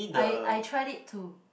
I I tried it too